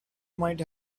might